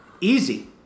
Easy